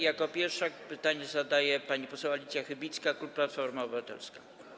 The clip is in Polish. Jako pierwsza pytanie zadaje pani poseł Alicja Chybicka, klub Platforma Obywatelska.